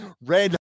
red